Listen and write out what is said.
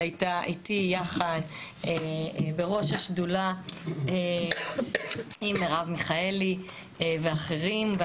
שהייתה איתי יחד בראש השדולה עם מירב מיכאלי ואחרים.